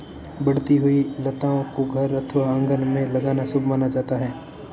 बढ़ती हुई लताओं को घर अथवा आंगन में लगाना शुभ माना जाता है